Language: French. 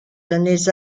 données